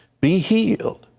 be healed.